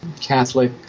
Catholic